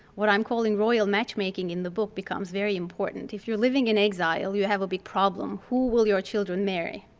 what i'm calling royal matchmaking in the book becomes really important. if you're living in exile, you have a big problem. who will your children marry,